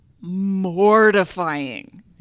mortifying